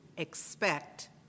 Expect